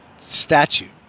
statute